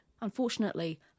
Unfortunately